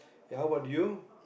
ya how about you